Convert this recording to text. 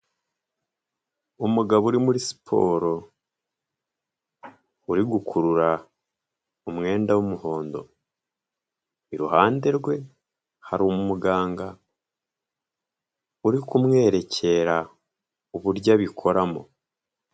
Umugabo uri muri siporo uri gukurura umwenda w'umuhondo, i ruhande rwe hari umuganga uri kumwerekera uburyo abikoramo.